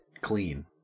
clean